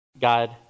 God